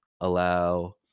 allow